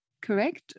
correct